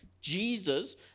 Jesus